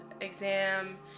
exam